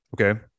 okay